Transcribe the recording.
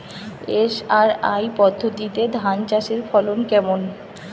SRI পদ্ধতিতে ধান চাষের ফলন কেমন?